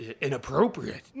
inappropriate